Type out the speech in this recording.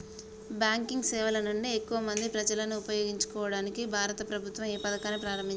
Banking సేవల నుండి ఎక్కువ మంది ప్రజలను ఉపయోగించుకోవడానికి భారత ప్రభుత్వం ఏ పథకాన్ని ప్రారంభించింది?